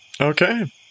Okay